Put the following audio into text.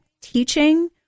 teaching